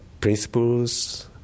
principles